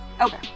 Okay